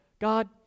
God